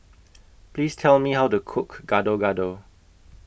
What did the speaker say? Please Tell Me How to Cook Gado Gado